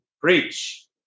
preach